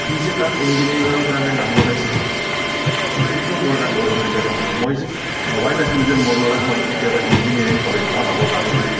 সি যে তাত ইঞ্জিনিয়েৰিঙৰ কাৰণে নাম লগাইছে সেইটো মোৰ কাৰণে এটা গৌৰৱান্বিত কাৰণ মই যে ভবাই নাছিলোঁ যে মোৰ ল'ৰাক মই কেতিয়াবা ইঞ্জিনিয়েৰিং পঢ়াব পাৰিম